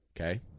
Okay